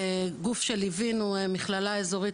גוף שליוונו מכללה אזורית,